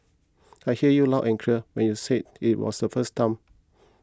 I hear you loud and clear when you said it the first time